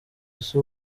ese